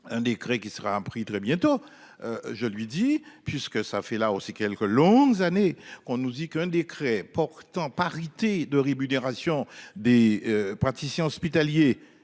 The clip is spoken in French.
Un décret qui sera un prix très bientôt. Je lui dis puisque ça fait là aussi quelques longues années qu'on nous dit qu'un décret portant parité de rémunération des. Praticiens hospitaliers.